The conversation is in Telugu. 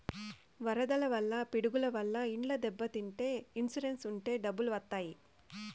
వరదల వల్ల పిడుగుల వల్ల ఇండ్లు దెబ్బతింటే ఇన్సూరెన్స్ ఉంటే డబ్బులు వత్తాయి